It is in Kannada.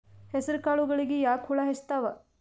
ಹೆಸರ ಕಾಳುಗಳಿಗಿ ಯಾಕ ಹುಳ ಹೆಚ್ಚಾತವ?